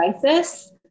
crisis